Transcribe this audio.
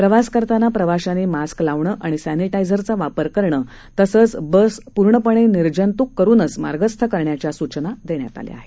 प्रवास करताना प्रवाश्यांनी मास्क लावणं आणि सर्विटायझरचा वापर करणं तसंच बसेस पूर्णपणे निर्जंतुक करुनच मार्गस्थ करण्याच्या सूचना देण्यात आल्या आहेत